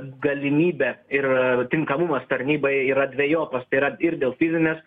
galimybė ir tinkamumas tarnybai yra dvejopas tai yra ir dėl fizinės